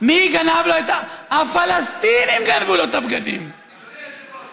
אני חושב שסיפר אבא אבן את הסיפור הזה פעם.